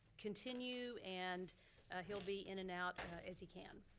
continue and he'll be in and out as he can.